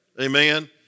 Amen